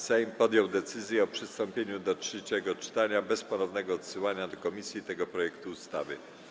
Sejm podjął decyzję o przystąpieniu do trzeciego czytania bez ponownego odsyłania do komisji tego projektu ustawy.